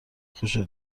خوشت